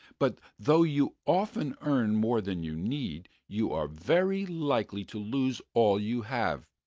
but though you often earn more than you need, you are very likely to lose all you have.